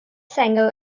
sengl